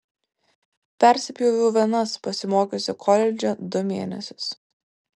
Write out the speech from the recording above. persipjoviau venas pasimokiusi koledže du mėnesius